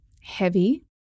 heavy